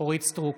אורית מלכה סטרוק,